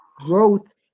growth